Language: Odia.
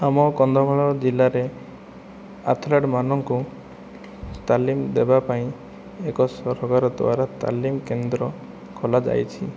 ଆମ କନ୍ଧମାଳ ଜିଲ୍ଲାରେ ଆଥ୍ଲେଟମାନଙ୍କୁ ତାଲିମ ଦେବା ପାଇଁ ଏକ ସରକାର ଦ୍ୱାରା ତାଲିମ କେନ୍ଦ୍ର ଖୋଲା ଯାଇଛି